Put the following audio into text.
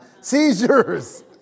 Seizures